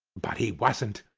but he wasn't.